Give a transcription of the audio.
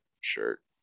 shirt